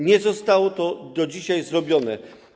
Nie zostało to do dzisiaj zrobione.